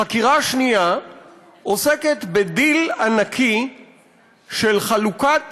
חקירה שנייה עוסקת בדיל ענקי של חלוקת